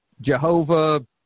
Jehovah